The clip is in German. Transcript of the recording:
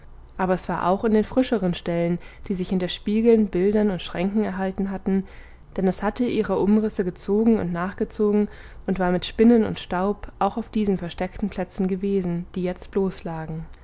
aber es war auch in den frischeren stellen die sich hinter spiegeln bildern und schränken erhalten hatten denn es hatte ihre umrisse gezogen und nachgezogen und war mit spinnen und staub auch auf diesen versteckten plätzen gewesen die jetzt